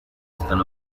están